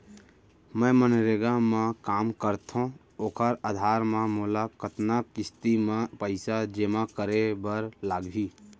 मैं मनरेगा म काम करथो, ओखर आधार म मोला कतना किस्ती म पइसा जेमा करे बर लागही?